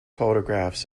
photographs